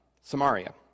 Samaria